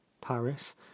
paris